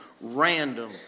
random